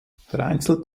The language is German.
vereinzelt